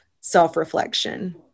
self-reflection